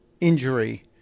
injury